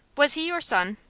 was he your son?